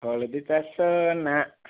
ହଳଦୀ ଚାଷ ନା